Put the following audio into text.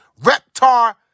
Reptar